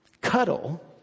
cuddle